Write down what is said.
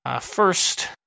First